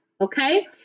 okay